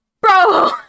bro